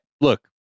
look